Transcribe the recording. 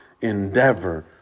endeavor